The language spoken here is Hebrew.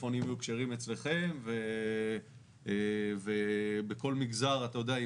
הטלפונים יהיו כשרים אצלכם ובכל מגזר אתה יודע,